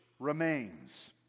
Remains